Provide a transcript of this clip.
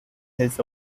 his